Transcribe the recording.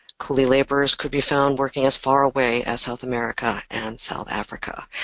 coolie laborers could be found working as far away as south america and south africa.